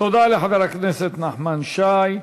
תודה לחבר הכנסת נחמן שי.